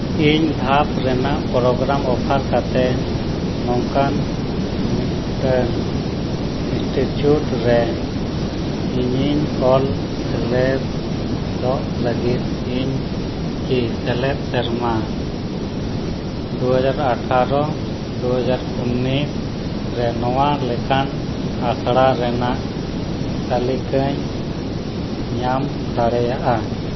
ᱤᱧ ᱫᱷᱟᱯ ᱨᱮᱱᱟᱜ ᱯᱨᱳᱜᱽᱨᱟᱢ ᱚᱯᱷᱟᱨ ᱠᱟᱛᱮᱫ ᱱᱚᱝᱠᱟᱱ ᱢᱤᱫᱴᱟᱱ ᱤᱱᱥᱴᱤᱴᱤᱭᱩᱴ ᱨᱮ ᱤᱧᱤᱧ ᱚᱞ ᱥᱮᱞᱮᱫᱚᱜ ᱞᱟᱹᱜᱤᱫ ᱤᱧ ᱠᱤ ᱥᱮᱞᱮᱫ ᱥᱮᱨᱢᱟ ᱫᱩ ᱦᱟᱡᱟᱨ ᱟᱴᱷᱟᱨᱚ ᱫᱩ ᱦᱟᱡᱟᱨ ᱩᱱᱤᱥ ᱨᱮ ᱱᱚᱣᱟ ᱞᱮᱠᱟᱱ ᱟᱥᱲᱟ ᱨᱮᱱᱟᱜ ᱛᱟᱹᱞᱤᱠᱟᱧ ᱧᱟᱢ ᱫᱟᱲᱮᱭᱟᱜᱼᱟ